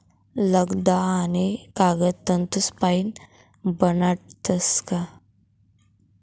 लगदा आणि कागद तंतूसपाईन बनाडतस का